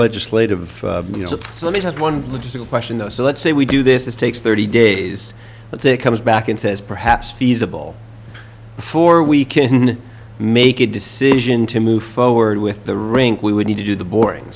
legislative let me just one logistical question though so let's say we do this is takes thirty days let's say comes back and says perhaps feasible before we can make a decision to move forward with the rink we would need to do the boring